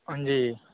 जी